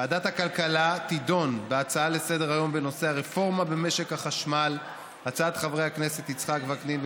ועדת הכלכלה תדון בהצעה לסדר-היום של חברי הכנסת יצחק וקנין,